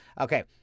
Okay